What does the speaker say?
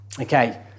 Okay